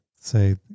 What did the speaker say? say